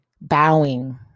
bowing